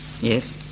Yes